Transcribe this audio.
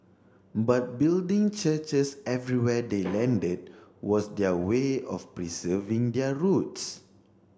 but building churches everywhere they landed was their way of preserving their roots